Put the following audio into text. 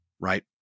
right